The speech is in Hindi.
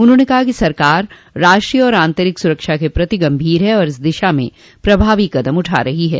उन्होंने कहा कि सरकार राष्ट्रीय और आतरिक सुरक्षा के प्रति गंभीर है और इस दिशा में प्रभावी कदम उठा रही है